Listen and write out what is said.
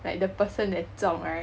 like the person that 中 right